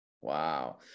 Wow